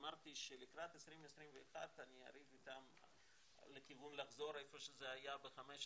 אמרתי שלקראת 2021 אני אריב איתם לכיוון של לחזור איפה שזה היה ב-2015,